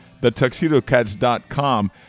TheTuxedoCats.com